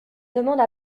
demande